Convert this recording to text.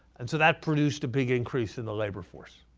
and so that produced a big increase in the labor force.